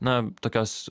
na tokios